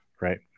right